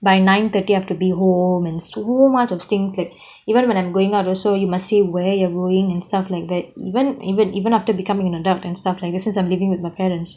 by nine thirty I have to be home and so much of things like even when I'm going out also you must say where you are going and stuff like that even even even after becoming an adult and stuff like this is I'm living with my parents